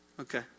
Okay